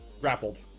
grappled